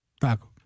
Taco